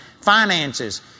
finances